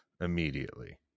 immediately